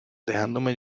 dejándome